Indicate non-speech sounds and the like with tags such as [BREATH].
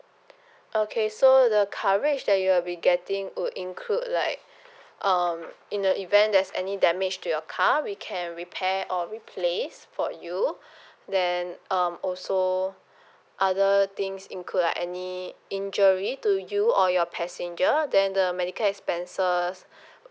[BREATH] okay so the coverage that you'll be getting would include like um in the event there's any damage to your car we can repair or replace for you [BREATH] then um also other things include like any injury to you or your passenger then the medical expenses [BREATH]